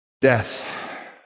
Death